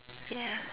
ya